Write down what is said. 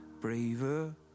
braver